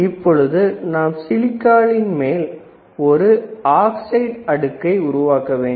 இப்பொழுது நாம் சிலிக்கானின் மேல் ஒரு ஆக்சைடு அடுக்கை உருவாக்க வேண்டும்